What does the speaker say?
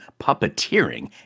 puppeteering